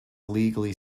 illegally